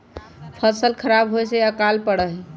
फसल खराब होवे से अकाल पडड़ा हई